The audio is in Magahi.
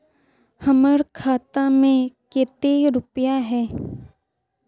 हमर खाता में केते रुपया है?